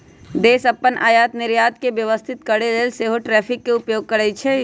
देश अप्पन आयात निर्यात के व्यवस्थित करके लेल सेहो टैरिफ के उपयोग करइ छइ